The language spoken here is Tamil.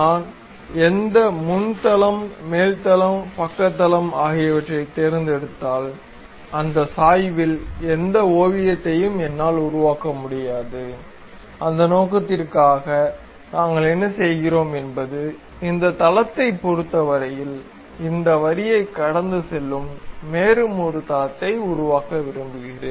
நான் எந்த முன் தளம் மேல் தளம் பக்க தளம் ஆகியவற்றைத் தேர்ந்தெடுத்தால் அந்த சாய்வில் எந்த ஓவியத்தையும் என்னால் உருவாக்க முடியாது அந்த நோக்கத்திற்காக நாங்கள் என்ன செய்கிறோம் என்பது இந்த தளத்தைப் பொறுத்தவரையில் இந்த வரியைக் கடந்து செல்லும் மேலும் ஒரு தளத்தை உருவாக்க விரும்புகிறேன்